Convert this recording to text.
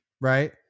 Right